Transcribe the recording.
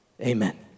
amen